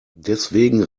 deswegen